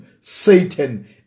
Satan